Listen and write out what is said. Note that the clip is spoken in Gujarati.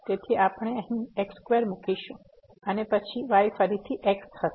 તેથી આપણે અહીં x સ્ક્વેર મૂકીશું અને પછી y ફરીથી x હશે